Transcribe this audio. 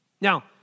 Now